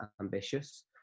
ambitious